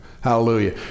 Hallelujah